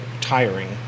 tiring